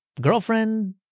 girlfriend